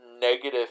negative